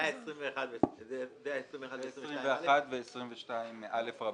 אלה סעיפים 21 ו-22א.